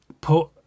put